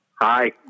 Hi